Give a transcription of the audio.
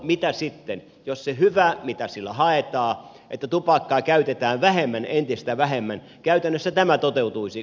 mitä sitten jos se hyvä mitä sillä haetaan että tupakkaa käytetään entistä vähemmän käytännössä toteutuisi